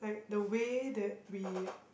the way that we